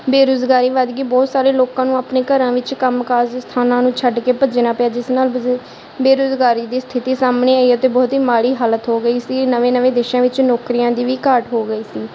ਬੇਰੁਜ਼ਗਾਰੀ ਵੱਧ ਗਈ ਬਹੁਤ ਸਾਰੇ ਲੋਕਾਂ ਨੂੰ ਆਪਣੇ ਘਰਾਂ ਵਿੱਚ ਕੰਮਕਾਜ ਦੇ ਸਥਾਨਾਂ ਨੂੰ ਛੱਡ ਕੇ ਭੱਜਣਾ ਪਿਆ ਜਿਸ ਨਾਲ ਬਜ਼ ਬੇਰੁਜ਼ਗਾਰੀ ਦੀ ਸਥਿਤੀ ਸਾਹਮਣੇ ਆਈ ਅਤੇ ਬਹੁਤ ਹੀ ਮਾੜੀ ਹਾਲਤ ਹੋ ਗਈ ਇਸ ਲਈ ਨਵੇਂ ਨਵੇਂ ਦੇੇਸ਼ਾਂ ਵਿੱਚ ਨੌਕਰੀਆਂ ਦੀ ਵੀ ਘਾਟ ਹੋ ਗਈ ਸੀ